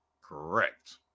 correct